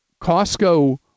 Costco